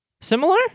Similar